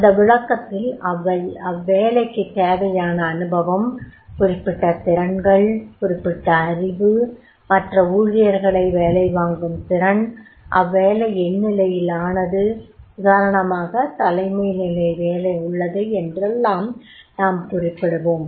அந்த விளக்கத்தில் அவ்வேலைக்குத் தேவையான அனுபவம் குறிப்பிட்ட திறன்கள் குறிப்பிட்ட அறிவு மற்ற ஊழியர்களை வேலை வாங்கும் திறன் அவ்வேலை எந்நிலையிலானது உதாரணமாக தலைமை நிலை வேலை உள்ளது என்றெல்லாம் நாம் குறிப்பிடுவோம்